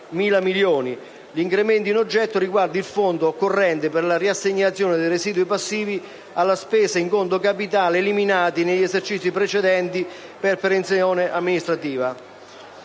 2.000 milioni. L'incremento in oggetto riguarda il fondo per la riassegnazione dei residui passivi della spesa in conto capitale eliminati negli esercizi precedenti per perenzione amministrativa.